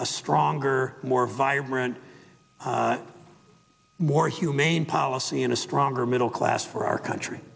a stronger more vibrant more humane policy in a stronger middle class for our country